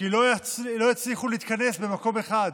כי לא הצליחו להתכנס במקום אחד.